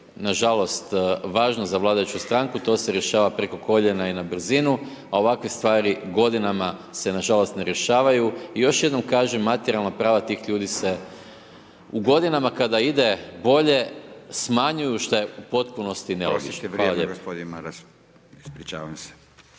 nažalost, važno za vladajuću stranku, to se rješava preko koljena i na brzinu, a ovakve stvari godinama se, na žalost, ne rješavaju. Još jednom kažem, materijalna prava tih ljudi se, u godinama kada ide bolje smanjuju, što je u potpunosti nelogično.